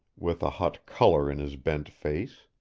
with a hot color in his bent face.